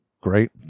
great